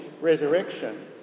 resurrection